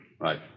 Right